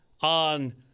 on